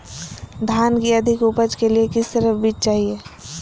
धान की अधिक उपज के लिए किस तरह बीज चाहिए?